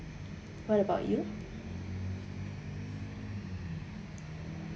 what about you